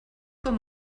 com